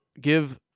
give